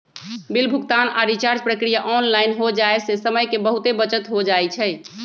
bill भुगतान आऽ recharge प्रक्रिया ऑनलाइन हो जाय से समय के बहुते बचत हो जाइ छइ